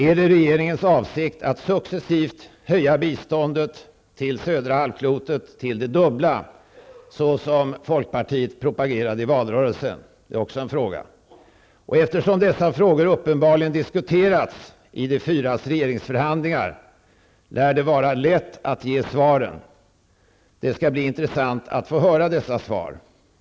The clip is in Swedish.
Är det regeringens avsikt att successivt höja biståndet till södra halvklotet till det dubbla, så som folkpartiet propagerade i valrörelsen? Eftersom dessa frågor uppenbarligen har diskuterats i de fyras regeringsförhandlingar lär det vara lätt att ge svaren. Det skall bli intressant att få höra dessa svar.